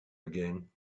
again